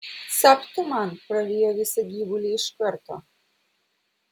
capt tu man prarijo visą gyvulį iš karto